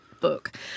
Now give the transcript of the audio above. book